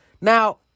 Now